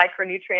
micronutrients